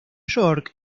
york